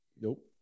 Nope